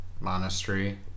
monastery